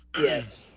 Yes